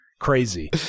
crazy